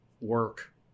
work